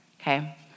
Okay